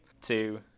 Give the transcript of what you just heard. two